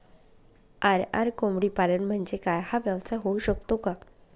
RR कोंबडीपालन म्हणजे काय? हा व्यवसाय होऊ शकतो का?